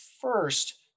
first